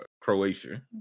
Croatia